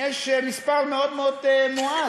יש מספר מאוד מאוד מועט,